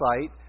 site